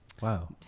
Wow